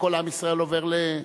כל עם ישראל עובר ל,